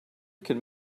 can